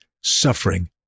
Suffering